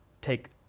take